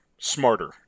Smarter